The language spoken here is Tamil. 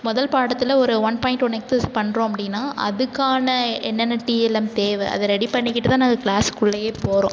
முதல் பாடத்தில் ஒரு ஒன் பாய்ண்ட் ஒன் எக்ஸைஸ் பண்ணுறோம் அப்படினா அதற்கான என்னென்ன டிஎல்எம் தேவை அதை ரெடி பண்ணிகிட்டு தான் நான் க்ளாஸ்க்குள்ளையே போகறோம்